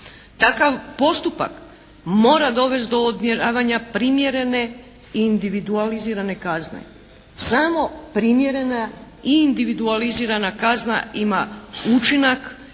Takav postupak mora dovesti do odmjeravanja primjerene i individualizirane kazne. Samo primjerena i individualizirana kazna ima učinak,